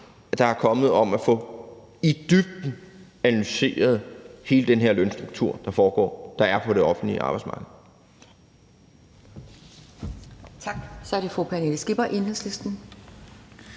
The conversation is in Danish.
der er kommet, om i dybden at få analyseret hele den her lønstruktur, der er på det offentlige arbejdsmarked.